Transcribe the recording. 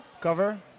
Cover